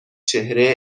چهره